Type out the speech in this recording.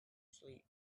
sleep